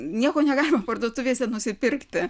nieko negalima parduotuvėse nusipirkti